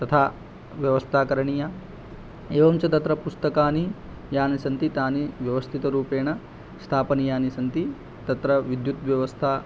तथा व्यवस्था करणीया एवं च तत्र पुस्तकानि यानि सन्ति तानि व्यवस्थितरूपेण स्थापनीयानि सन्ति तत्र विद्युत्व्यवस्था